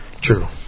True